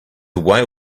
away